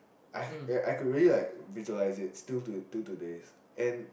and I ya I could really like visualise it still to till today